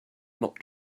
not